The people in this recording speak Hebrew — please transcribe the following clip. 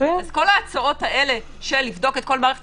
אז כל ההצהרות האלה של לבדוק את כל מערכת